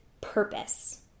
purpose